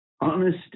honest